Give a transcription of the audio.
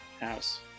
House